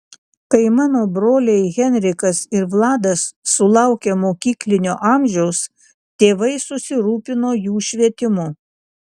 kai mano broliai henrikas ir vladas sulaukė mokyklinio amžiaus tėvai susirūpino jų švietimu